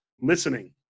listening